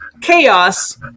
chaos